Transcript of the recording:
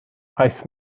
aeth